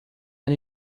and